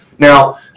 Now